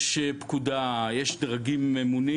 יש פקודה, יש דרגים ממונים